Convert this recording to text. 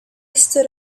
stood